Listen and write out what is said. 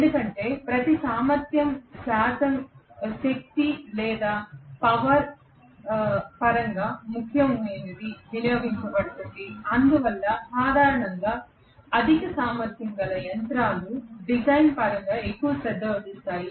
ఎందుకంటే ప్రతి సామర్థ్యం శాతం శక్తి లేదా పవర్ శక్తి పరంగా ముఖ్యమైనది వినియోగించబడుతుంది అందువల్ల సాధారణంగా అధిక సామర్థ్యం గల యంత్రాలు డిజైన్ పరంగా ఎక్కువ శ్రద్ధ వహిస్తాయి